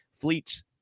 fleets